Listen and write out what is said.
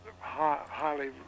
highly